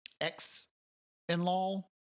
Ex-in-law